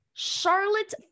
Charlotte